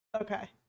Okay